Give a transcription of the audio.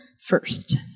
first